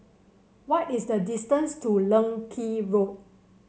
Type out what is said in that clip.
what is the distance to Leng Kee Road